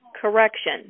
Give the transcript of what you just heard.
correction